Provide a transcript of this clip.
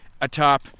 atop